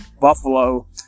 Buffalo